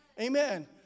Amen